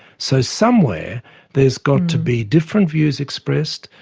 so somewhere there's got to be different views expressed,